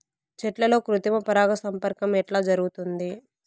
చెట్లల్లో కృత్రిమ పరాగ సంపర్కం ఎట్లా జరుగుతుంది?